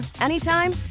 anytime